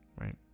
right